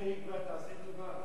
אולי תגמרי כבר, תעשי טובה.